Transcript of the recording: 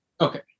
Okay